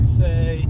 say